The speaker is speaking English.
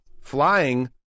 Flying